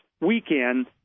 weekend